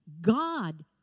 God